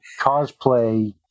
cosplay